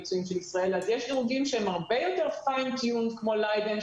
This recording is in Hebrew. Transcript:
הביצועים של ישראל אז יש דירוגים שהם הרבה יותר fine-tuned כמו Leiden,